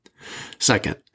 Second